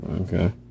Okay